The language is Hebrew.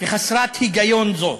וחסרת היגיון זו?